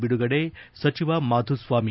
ಬಿಡುಗಡೆ ಸಚಿವ ಮಾಧುಸ್ವಾಮಿ